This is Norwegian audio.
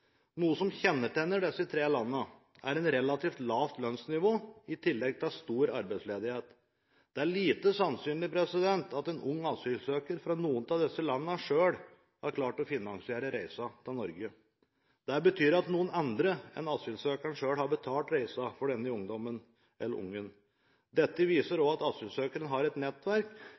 Noe som kjennetegner disse tre landene, er et relativt lavt lønnsnivå i tillegg til stor arbeidsledighet. Det er lite sannsynlig at en ung asylsøker fra noen av disse landene selv har klart å finansiere reisen til Norge. Det betyr at noen andre enn asylsøkeren selv har betalt reisen for denne ungdommen eller dette barnet. Dette viser også at asylsøkeren har et nettverk,